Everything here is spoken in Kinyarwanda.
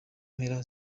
mpera